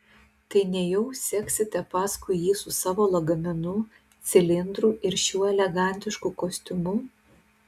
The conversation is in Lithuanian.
tai nejau seksite paskui jį su savo lagaminu cilindru ir šiuo elegantišku kostiumu